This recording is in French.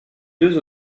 deux